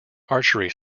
archery